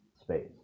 space